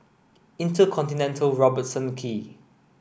InterContinental Robertson Quay